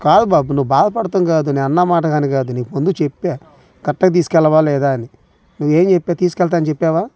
కాదు బాబు నువ్వు బాధపడతాం కాదు నేను అన్న మాటని కాదు నీకు ముందే చెప్పా కరెక్టుగా తీసుకెళ్తావా లేదా అని నువ్వేం చెప్పావు తీసుకెళ్తానని చెప్పావా